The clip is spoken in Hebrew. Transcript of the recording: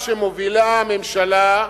צריך להכיר את ההיסטוריה.